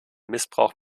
missbrauch